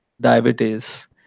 diabetes